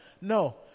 No